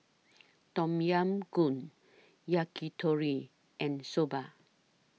Tom Yam Goong Yakitori and Soba